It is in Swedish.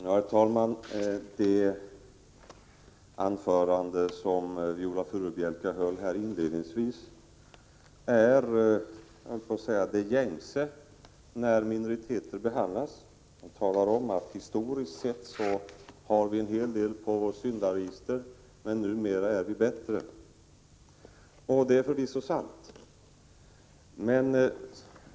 Herr talman! Det anförande som Viola Furubjelke höll inledningsvis är det gängse man får höra när minoriteter behandlas. Historiskt sett har vi en del på vårt syndaregister, men numera är vi bättre. Det är förvisso sant.